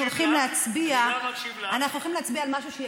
אנחנו הולכים להצביע על משהו שיהיה